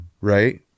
right